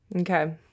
Okay